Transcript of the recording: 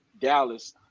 Dallas